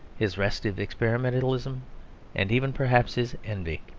his restive experimentalism and even perhaps his envy.